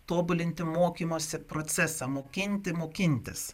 tobulinti mokymosi procesą mokinti mokintis